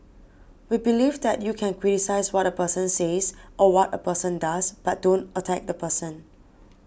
we believe that you can criticise what a person says or what a person does but don't attack the person